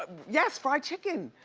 but yes, fried chicken.